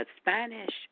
Spanish